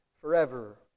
forever